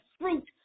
fruit